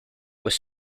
was